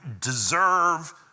deserve